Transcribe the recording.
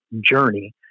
Journey